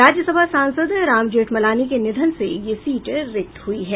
राज्यसभा सांसद राम जेठमलानी के निधन से ये सीट रिक्त हुई है